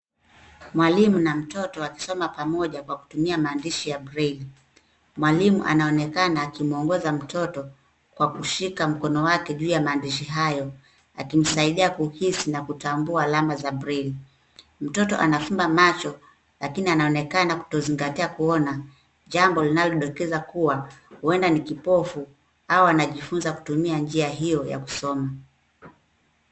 Mwalimu na mtoto wakisoma pamoja kwa kutumia maandishi ya braille . Mwalimu anaonekana akimwongoza mtoto kwa kushika mkono wake juu ya maandishi hayo akimsaidia kuhisi na kutambua alama za braille . Mtoto anafumba macho lakini anaonekana kutozingatia kuona, jambo linalodokeza kuwa huenda ni kipofu au anajifunza kutumia njia hiyo ya kusoma.